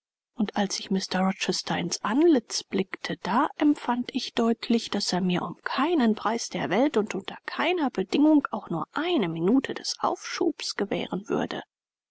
und als ich mr rochester ins antlitz blickte da empfand ich deutlich daß er mir um keinen preis der welt und unter keiner bedingung auch nur eine minute des aufschubs gewähren würde